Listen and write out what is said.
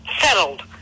settled